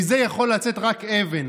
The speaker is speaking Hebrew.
מזה יכולה לצאת רק אבן.